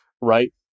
right